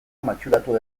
matxuratu